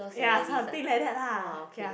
ya something like that lah ya